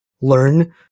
learn